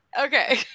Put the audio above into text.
okay